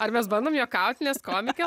ar mes bandom juokaut nes komikės